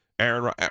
Aaron